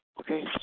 Okay